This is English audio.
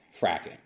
fracking